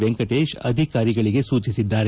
ವೆಂಕಟೇಶ್ ಅಧಿಕಾರಿಗಳಿಗೆ ಸೂಚಿಸಿದ್ದಾರೆ